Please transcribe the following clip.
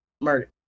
murder